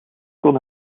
kon